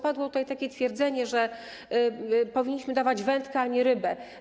Padło tutaj takie twierdzenie, że powinniśmy dawać wędkę, a nie rybę.